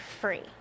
free